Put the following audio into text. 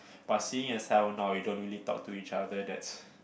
but seeing as how now we don't really talk to each other that's